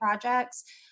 projects